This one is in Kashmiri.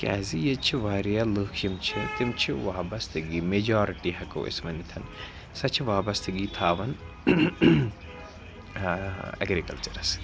تہٕ کیٛازِ ییٚتہِ چھِ واریاہ لُکھ یِم چھِ تِم چھِ وابستگی میٚجارٹی ہٮ۪کو أسۍ ؤنِتھ سَہ چھِ وابستگی تھاوان اٮ۪گرکَلچرَس سۭتی